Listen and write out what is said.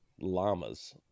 Llamas